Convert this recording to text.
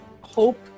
hope